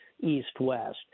east-west